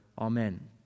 Amen